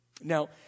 Now